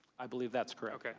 i believe that is correct.